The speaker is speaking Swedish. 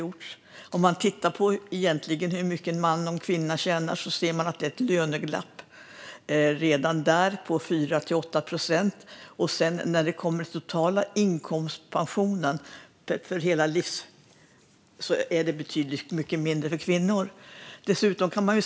Om man tittar på hur mycket en man och en kvinna tjänar ser man att det redan där är ett löneglapp på 4-8 procent, och när det kommer till den totala inkomstpensionen för hela arbetslivet är den betydligt mindre för kvinnor.